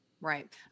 Right